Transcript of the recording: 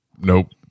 nope